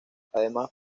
además